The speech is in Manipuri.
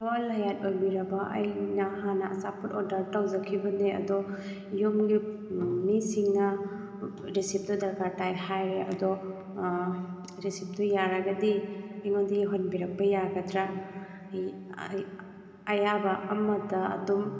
ꯑꯣꯜ ꯍꯥꯌꯥꯠ ꯑꯣꯏꯕꯤꯔꯕꯣ ꯑꯩ ꯅꯍꯥꯟ ꯑꯆꯥꯄꯣꯠ ꯑꯣꯗꯔ ꯇꯧꯖꯈꯤꯕꯅꯤ ꯑꯗꯣ ꯌꯨꯝꯒꯤ ꯃꯤꯁꯤꯡꯅ ꯔꯤꯁꯤꯞꯇꯨ ꯗꯔꯀꯥꯔ ꯇꯥꯏ ꯍꯥꯏꯔꯦ ꯑꯗꯣ ꯔꯤꯁꯤꯞꯇꯨ ꯌꯥꯔꯒꯗꯤ ꯑꯩꯉꯣꯟꯗ ꯌꯧꯍꯟꯕꯤꯔꯛꯄ ꯌꯥꯒꯗ꯭ꯔꯥ ꯑꯌꯥꯕ ꯑꯃꯗ ꯑꯗꯨꯝ